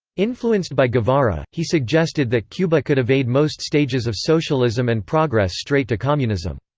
influenced by guevara, he suggested that cuba could evade most stages of socialism and progress straight to communism.